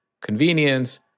convenience